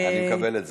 אני מקבל את זה.